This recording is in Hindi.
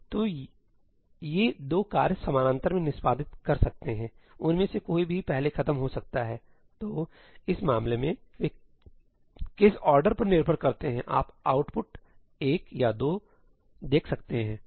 तो ये 2 कार्य समानांतर में निष्पादित कर सकते हैं उनमें से कोई भी पहले खत्म हो सकता है तो इस मामले में वे किस ऑर्डर पर निर्भर करते हैं आप आउटपुट 1 या 2 देख सकते हैं